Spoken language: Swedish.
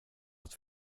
att